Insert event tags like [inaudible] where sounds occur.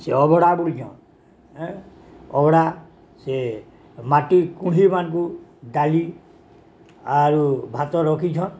ସେ ଅଭଡ଼ା [unintelligible] ହଁ ଅଭଡ଼ା ସେ ମାଟି [unintelligible] ମାନଙ୍କୁ ଡାଲି ଆରୁ ଭାତ ରଖିଛନ୍